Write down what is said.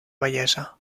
bellesa